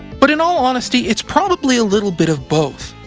but in all honesty, it's probably a little bit of both.